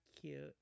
cute